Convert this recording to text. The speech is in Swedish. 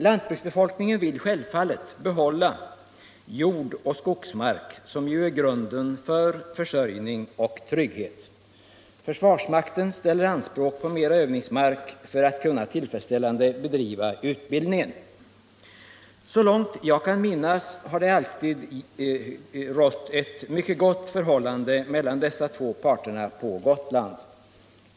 Lantbruksbefolkningen vill självfallet behålla jordoch skogsmark, som ju är grunden för försörjning och trygghet. Försvarsmakten ställer anspråk på mer övningsmark för att tillfredsställande kunna bedriva utbildningen. Så långt jag kan minnas har det alltid rått ett mycket gott förhållande mellan dessa två parter på Gotland.